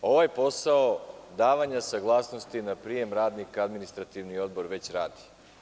Ovaj posao davanja saglasnosti na prijem radnika, Administrativni odbor već radi.